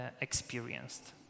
experienced